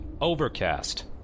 Overcast